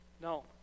No